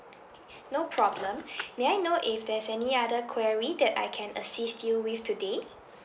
no problem may I know if there's any other query that I can assist you with today